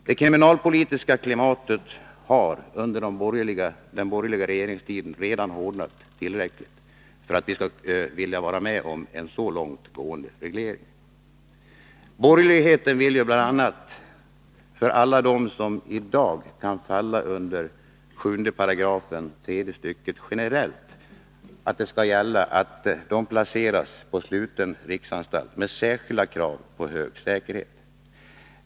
Det kriminalpolitiska klimatet har under den borgerliga regeringstiden redan hårdnat tillräckligt för att vi skulle vilja vara med om en så långtgående reglering. Borgerligheten vill bl.a. att för alla dem som i dag kan falla under 7 § tredje stycket generellt skall gälla att de placeras på sluten riksanstalt med särskilda krav på hög säkerhet.